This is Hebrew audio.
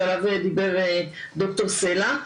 שעליו דיבר ד"ר סלע.